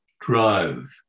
drive